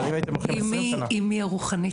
אבל אם הייתם -- אימי הרוחנית.